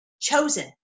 chosen